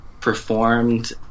performed